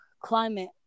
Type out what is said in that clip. climate